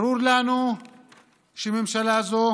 ברור לנו שממשלה זו